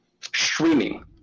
streaming